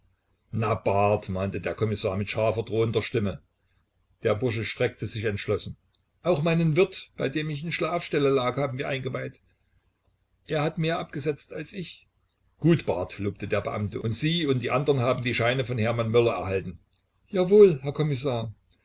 mahnte der kommissar mit scharfer drohender stimme der bursche streckte sich entschlossen auch meinen wirt bei dem ich in schlafstelle lag haben wir eingeweiht er hat mehr abgesetzt als ich gut barth lobte der beamte und sie und die andern haben die scheine von hermann möller erhalten jawohl herr kommissar